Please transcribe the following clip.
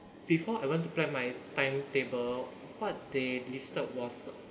before I went to plan my timetable what they listed was